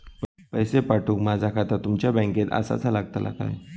पैसे पाठुक माझा खाता तुमच्या बँकेत आसाचा लागताला काय?